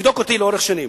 תבדוק אותי לאורך שנים.